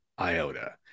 iota